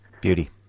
Beauty